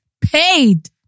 paid